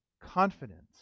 confidence